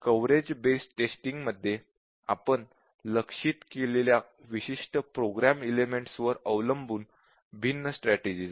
coverage based testing मध्ये आपण लक्ष्यित केलेल्या विशिष्ट प्रोग्राम एलेमेंट्स वर अवलंबून भिन्न स्ट्रॅटेजिज आहेत